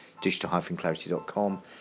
digital-clarity.com